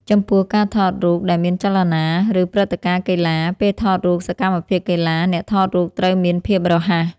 ចំពោះ ការថតរូបដែលមានចលនា ឬព្រឹត្តិការណ៍កីឡា ពេលថតរូបសកម្មភាពកីឡា អ្នកថតរូបត្រូវមានភាពរហ័ស។